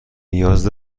نیاز